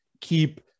keep